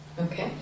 Okay